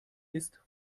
ist